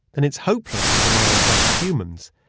then it's hopeless to demand better humans,